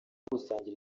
gusangira